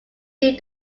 due